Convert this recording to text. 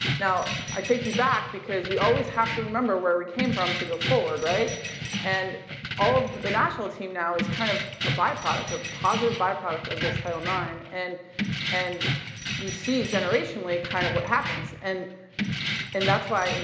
now, i take you back because we always to remember where we came from to go forward, right and all of the national team now is kind of a byproduct, a positive byproduct of this title ix and and you see generationally kind of what happens and and that's why, and